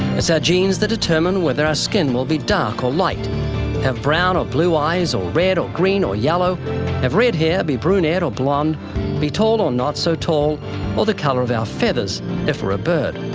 it's our genes that determine whether our skin will be dark or light have brown or blue eyes, or red, or green, or yellow have red hair, be brunette, or blonde be tall or not so tall or the color of our feathers if we're a bird.